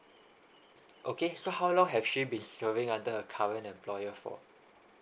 okay so how long have she been serving under her current employer for